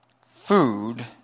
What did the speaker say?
food